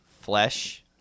flesh